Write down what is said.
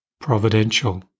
providential